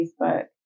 Facebook